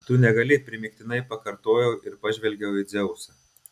tu negali primygtinai pakartojau ir pažvelgiau į dzeusą